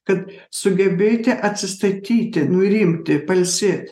kad sugebėti atsistatyti nurimti pailsėt